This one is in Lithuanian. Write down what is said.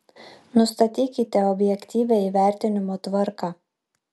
nustatykite objektyvią įvertinimo tvarką